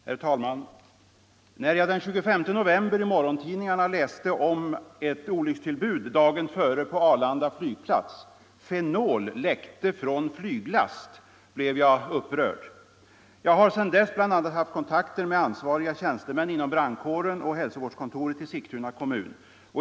Herr talman! När jag den 25 november i morgontidningarna läste om ett olyckstillbud dagen före på Arlanda flygplats — ”Fenol läckte från flyglast” — blev jag upprörd. Jag har sedan dess bl.a. haft kontakter med ansvariga tjänstemän inom brandkåren och hälsovårdskontoret i Sigtuna kommun.